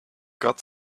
got